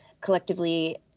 collectively